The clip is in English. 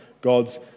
God's